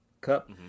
cup